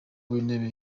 w’intebe